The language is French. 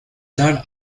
salle